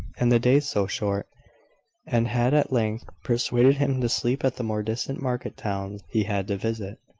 and the days so short and had at length persuaded him to sleep at the more distant market-towns he had to visit,